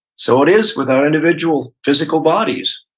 so it is with our individual physical bodies.